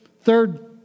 third